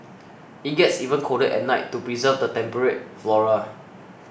it gets even colder at night to preserve the temperate flora